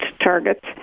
targets